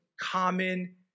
common